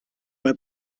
bei